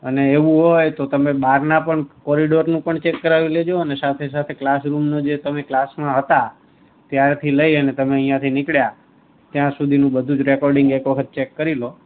અને એવું હોય અને તમે બહારના પણ કોરિડોરનું પણ ચેક કરાવી લેજો અને સાથે સાથે ક્લાસરૂમનું જે તમે ક્લાસમાં હતા ત્યારથી લઈને તમે અહીંયાથી નીકળ્યા ત્યાં સુધીનું બધું જ રેકોર્ડિંગ એક વખત ચેક કરીલો